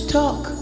talk